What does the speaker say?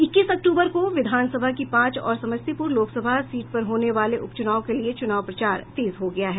इक्कीस अक्तूबर को विधानसभा की पांच और समस्तीपुर लोकसभा सीट पर होने वाले उप चुनाव के लिए चुनाव प्रचार तेज हो गया है